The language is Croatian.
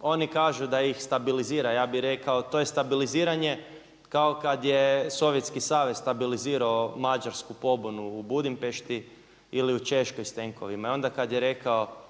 oni kažu da ih stabilizira, ja bih rekao to je stabiliziranje kao kad je Sovjetski savez stabilizirao mađarsku pobunu u Budimpešti ili u Češkoj s tenkovima. I onda kad je rekao